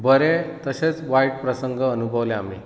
बरे तशेच वायट प्रसंग अनुभवल्यात आमी